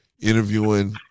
interviewing